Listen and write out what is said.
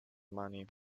money